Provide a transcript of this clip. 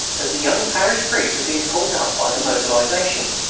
as the young parish priest had been called up by the mobilisation.